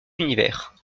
univers